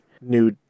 new